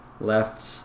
left